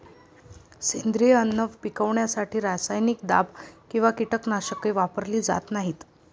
सेंद्रिय अन्न पिकवण्यासाठी रासायनिक दाब किंवा कीटकनाशके वापरली जात नाहीत